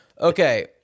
Okay